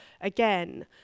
again